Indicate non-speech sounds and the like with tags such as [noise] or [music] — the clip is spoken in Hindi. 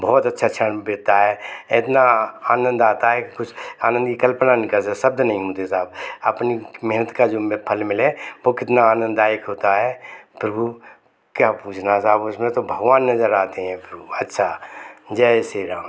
बहुत अच्छा अच्छा देता है इतना आनंद आता है कि कुछ आनंद की कल्पना नहीं कर [unintelligible] शब्द नहीं मिलते साहब अपनी मेहनत का जो हमें फल मिले वो कितना आनंददायक होता है प्रभु क्या पूछना साहब उसमें तो भगवान नजर आते हैं प्रभु अच्छा जय श्री राम